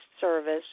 service